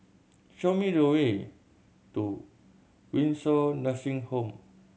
show me the way to Windsor Nursing Home